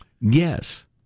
Yes